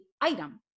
item